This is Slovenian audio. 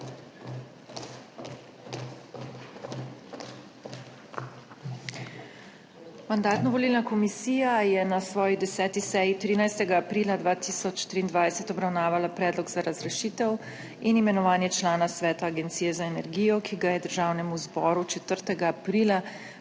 Mandatno-volilna komisija je na svoji 10. seji 13. aprila 2023 obravnavala predlog za razrešitev in imenovanje člana sveta Agencije za energijo, ki ga je Državnemu zboru 4. aprila